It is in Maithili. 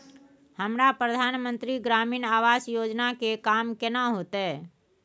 हमरा प्रधानमंत्री ग्रामीण आवास योजना के काम केना होतय?